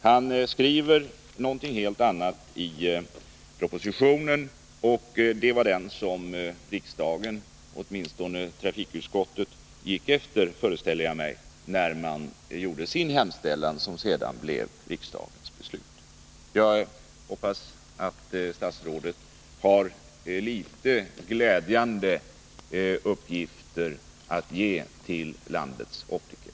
Han skriver någonting helt annat i propositionen, och det var den som riksdagen — åtminstone trafikutskottet — gick efter, föreställer jag mig, när man gjorde sin hemställan som sedan blev riksdagens beslut. Jag hoppas att statsrådet har litet glädjande uppgifter att ge till landets optiker.